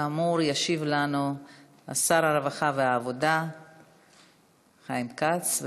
כאמור, ישיב לנו שר הרווחה והעבודה חיים כץ.